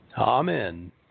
Amen